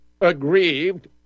aggrieved